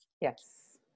Yes